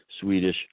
Swedish